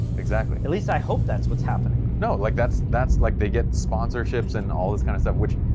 exactly, at least i hope that's what's happening, no like that's, that's like they get sponsorships and all this kind of stuff, which